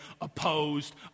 Opposed